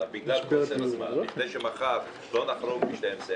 בגלל קוצר הזמן וכדי לא לחרוג מ-24:00.